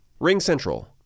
RingCentral